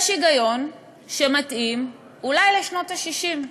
יש היגיון שמתאים אולי לשנות ה-60,